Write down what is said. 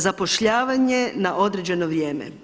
Zapošljavanje na određeno vrijeme.